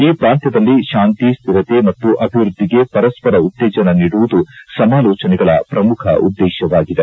ಈ ಪ್ರಾಂತ್ಯದಲ್ಲಿ ಶಾಂತಿ ಸ್ಥಿರತೆ ಮತ್ತು ಅಭಿವೃದ್ಧಿಗೆ ಪರಸ್ಪರ ಉತ್ತೇಜನ ನೀಡುವುದು ಸಮಾಲೋಚನೆಗಳ ಪ್ರಮುಖ ಉದ್ದೇಶವಾಗಿದೆ